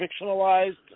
fictionalized